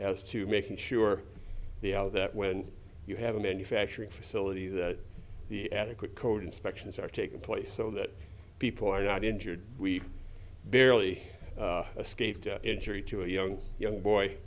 as to making sure the of that when you have a manufacturing facility that the adequate code inspections are taking place so that people are not injured we barely escaped injury to a young young boy